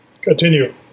continue